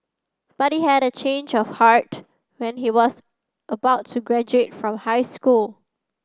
but he had a change of heart when he was about to graduate from high school